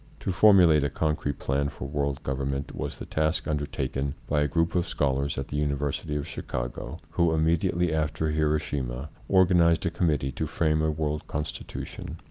to formulate a concrete plan for world government was the task undertaken by a group of scholars at the university of chicago, who, immediately after hiroshima, organized a committee to frame a world constitution.